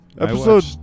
Episode